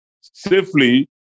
safely